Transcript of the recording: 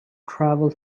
travel